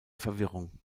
verwirrung